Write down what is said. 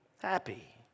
happy